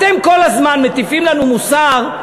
אתם כל הזמן מטיפים לנו מוסר: